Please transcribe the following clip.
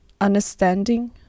Understanding